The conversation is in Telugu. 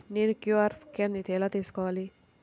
నేను క్యూ.అర్ స్కాన్ ఎలా తీసుకోవాలి?